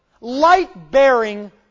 light-bearing